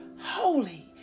holy